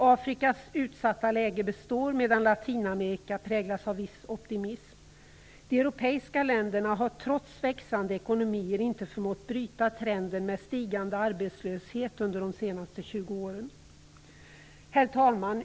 Afrikas utsatta läge består, medan Latinamerika präglas av viss optimism. De europeiska länderna har trots växande ekonomier inte förmått bryta trenden med stigande arbetslöshet under de senaste 20 Herr talman!